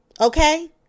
Okay